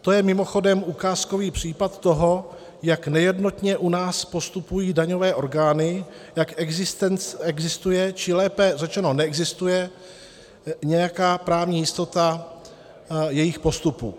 To je mimochodem ukázkový případ toho, jak nejednotně u nás postupují daňové orgány, jak existuje, či lépe řečeno neexistuje nějaká právní jistota jejich postupu.